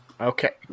Okay